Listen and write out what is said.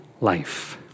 life